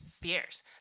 fierce